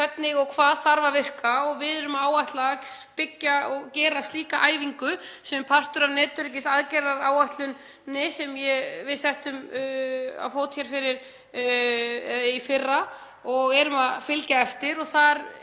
hvernig og hvað þarf að virka. Við erum að áætla að gera slíka æfingu sem er partur af netöryggisaðgerðaáætlun sem við settum á fót í fyrra og erum að fylgja eftir og það